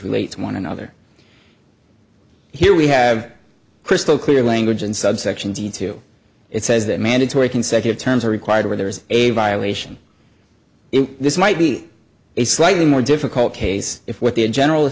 relate to one another here we have crystal clear language and subsection d two it says that mandatory consecutive terms are required where there is a violation this might be a slightly more difficult case if what the general